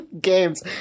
games